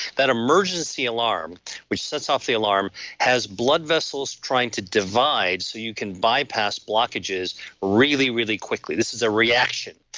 that emergency alarm which sets off the alarm has blood vessels trying to divide so you can bypass blockages really, really quickly, this is a reaction.